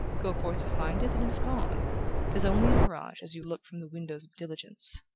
go forth to find it, and it is gone t is only a mirage as you look from the windows of diligence.